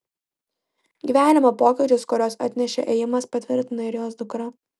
gyvenimo pokyčius kuriuos atnešė ėjimas patvirtina ir jos dukra